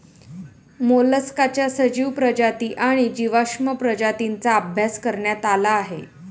मोलस्काच्या सजीव प्रजाती आणि जीवाश्म प्रजातींचा अभ्यास करण्यात आला आहे